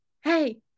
hey